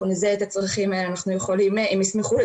שאנחנו נזהה את הצרכים האלו.